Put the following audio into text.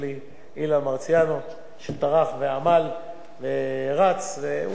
שטרח ועמל ורץ, והוא שותף לא קטן להצעת החוק.